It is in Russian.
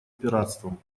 пиратством